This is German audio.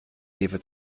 hefe